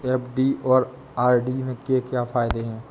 FD और RD के क्या फायदे हैं?